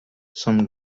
zum